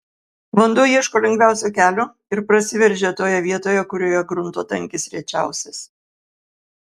vanduo ieško lengviausio kelio ir prasiveržia toje vietoje kurioje grunto tankis rečiausias